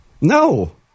no